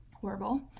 horrible